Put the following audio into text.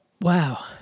Wow